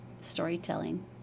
storytelling